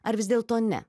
ar vis dėlto ne